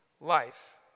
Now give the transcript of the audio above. life